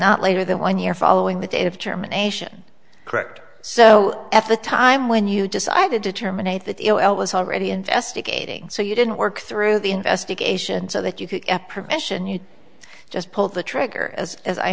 not later than one year following the day of termination correct so at the time when you decided to terminate that it was already investigating so you didn't work through the investigation so that you could ep prevention you just pull the trigger as as i